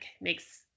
makes